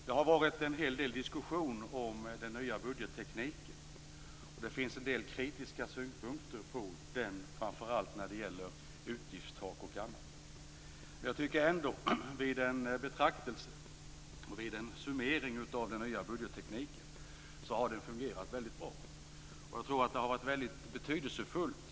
Det har varit en hel del diskussion om den nya budgettekniken, och det finns en del kritiska synpunkter på den, framför allt när det gäller utgiftstak. Jag tycker sammanfattningsvis när det gäller den nya budgettekniken ändå att den har fungerat väldigt bra. Jag tror att det har varit mycket betydelsefullt.